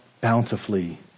bountifully